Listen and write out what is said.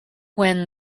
when